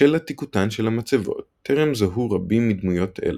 בשל עתיקותן של המצבות טרם זוהו רבים מדמויות אלה.